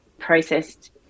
processed